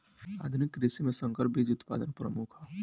आधुनिक कृषि में संकर बीज उत्पादन प्रमुख ह